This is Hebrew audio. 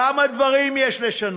כמה דברים יש לשנות,